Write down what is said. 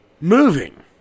moving